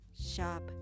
shop